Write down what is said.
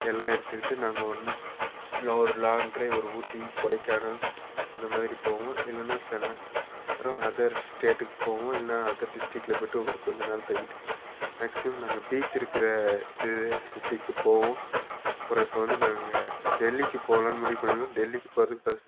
எல்லாம் எடுத்துக்கிட்டு நாங்கள் ஒன்றா இல்லை ஒரு லாங் ட்ரைவ் ஒரு ஊட்டி கொடைக்கானல் அந்த மாதிரி போவோம் இல்லைன்னா சென்னை அப்புறம் அதர் ஸ்டேட்டுக்குப் போவோம் இல்லைன்னா அதர் டிஸ்ட்ரிக்கில் போயிட்டு ஒரு கொஞ்சம் நாள் தங்கிவிட்டு மேக்ஸிமம் நாங்கள் பீச் இருக்கிற இது சிட்டிக்குப் போவோம் அப்புறம் இப்போ வந்து நாங்கள் டெல்லிக்குப் போகலான்னு முடிவு பண்ணியிருக்கோம் டெல்லிக்குப் போறதுக்கு ஃபஸ்ட்டு